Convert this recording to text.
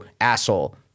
asshole